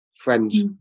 friends